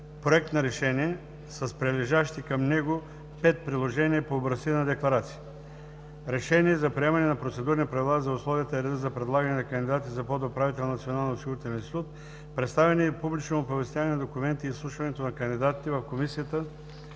Проект на решение (с прилежащите към него пет приложения на образци на декларации): „Проект! РЕШЕНИЕ за приемане на Процедурни правила за условията и реда за предлагане на кандидати за подуправител на Националния осигурителен институт, представяне и публично оповестяване на документите и изслушването на кандидатите в Комисията